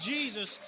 Jesus